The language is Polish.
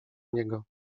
niego